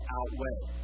outweigh